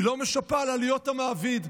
היא לא משפה על עלויות המעביד,